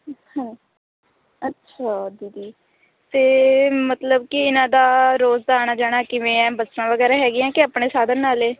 ਹਾਂ ਅੱਛਾ ਦੀਦੀ ਅਤੇ ਮਤਲਬ ਕਿ ਇਹਨਾਂ ਦਾ ਰੋਜ਼ ਦਾ ਆਉਣਾ ਜਾਣਾ ਕਿਵੇਂ ਹੈ ਬੱਸਾਂ ਵਗੈਰਾ ਹੈਗੀਆਂ ਕਿ ਆਪਣੇ ਸਾਧਨ ਨਾਲੇ